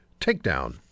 takedown